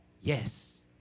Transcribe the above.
Yes